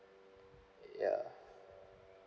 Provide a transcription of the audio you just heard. ya